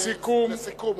בסיכום.